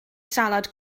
salad